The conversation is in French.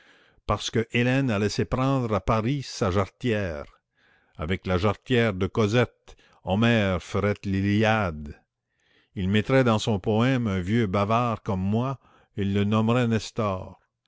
parce que hélène a laissé prendre à pâris sa jarretière avec la jarretière de cosette homère ferait l'iliade il mettrait dans son poème un vieux bavard comme moi et il le nommerait nestor